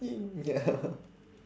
y~ ya